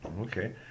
okay